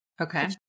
Okay